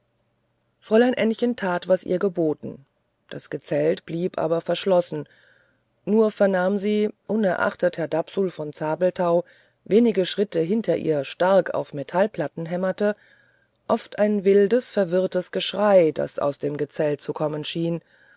fräulein ännchen tat wie ihr geboten das gezelt blieb aber verschlossen nur vernahm sie unerachtet herr dapsul von zabelthau wenige schritte hinter ihr stark auf metallplatten hämmerte oft ein wildes verwirrtes geschrei das aus dem gezelt zu kommen schien